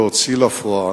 להוציא לפועל,